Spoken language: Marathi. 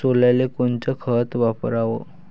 सोल्याले कोनचं खत वापराव?